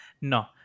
no